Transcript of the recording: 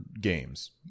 games